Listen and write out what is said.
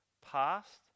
Past